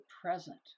present